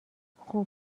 خوب